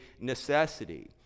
necessity